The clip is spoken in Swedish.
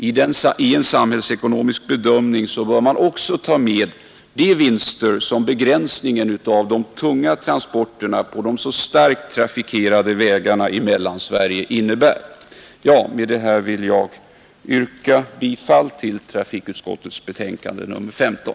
I en samhällsekonomisk bedömning bör man också ta med de vinster som begränsningen av de tunga transporterna på de mycket starkt trafikerade vägarna i Mellansverige innebär. Med det anförda vill jag yrka bifall till trafikutskottets betänkande nr 15.